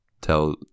tell